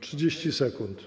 30 sekund.